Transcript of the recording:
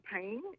pain